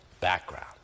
background